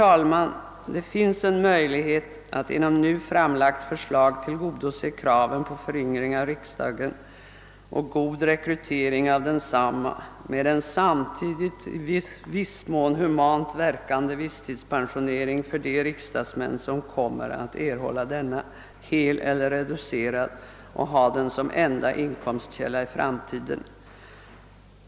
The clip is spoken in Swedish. Det finns en möjlighet att inom nu framlagt förslag tillgodose kraven på föryngring av riksdagen och god rekrytering av densamma med en samtidigt i viss mån humant verkande visstidspensionering för de riksdagsmän som kommer att erhålla denna hel eller reducerad och ha den som enda inkomstkälla i framtiden.